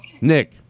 Nick